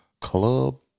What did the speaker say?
Club